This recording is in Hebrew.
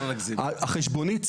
החשבונית,